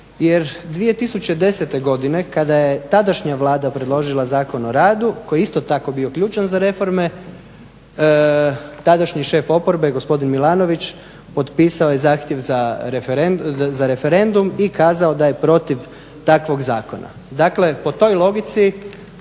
jer 2010.godine kada je tadašnja Vlada predložila Zakon o radu koji je isto tako bio ključan za reforme, tadašnji šef oporbe gospodin Milanović potpisao je zahtjev za referendum i kazao da je protiv takvog zakona. Dakle, po toj logici